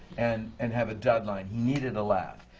and and have a dud line. he needed a laugh.